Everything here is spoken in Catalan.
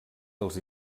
dels